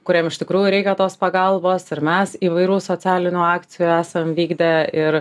kuriem iš tikrųjų reikia tos pagalbos ir mes įvairių socialinių akcijų esam vykdę ir